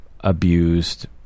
abused